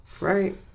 Right